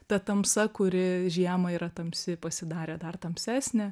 ta tamsa kuri žiemą yra tamsi pasidarė dar tamsesnė